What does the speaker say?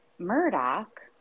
murdoch